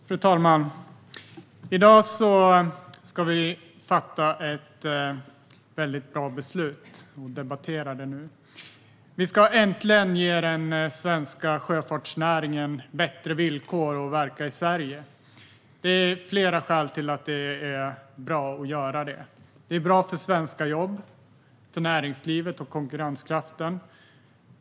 Fru talman! I dag ska vi fatta ett väldigt bra beslut, som vi debatterar nu. Vi ska äntligen ge den svenska sjöfartsnäringen bättre villkor för att verka i Sverige. Det finns flera skäl till att det är bra att göra det. Det är bra för svenska jobb, näringslivet och konkurrenskraften.